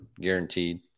guaranteed